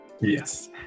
Yes